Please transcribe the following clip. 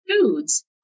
foods